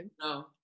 No